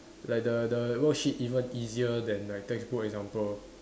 like the the worksheet even easier than my textbook example